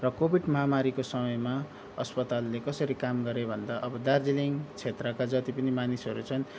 र कोविड महामारीको समयमा अस्पतालले कसरी काम गरे भन्दा अब दार्जिलिङ क्षेत्रका जति पनि मानिसहरू छन्